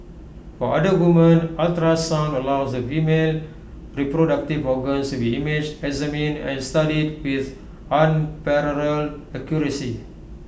for other women ultrasound allows the female reproductive organs to be imaged examined and studied with unparalleled accuracy